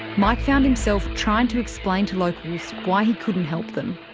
mike found himself trying to explain to locals why he couldn't help them.